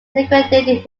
liquidated